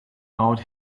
out